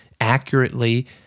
accurately